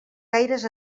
gaires